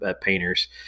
painter's